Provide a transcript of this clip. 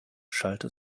schallte